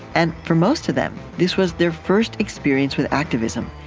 and for most of them, this was their first experience with activism.